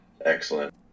Excellent